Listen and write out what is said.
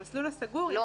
במסלול הסגור --- לא.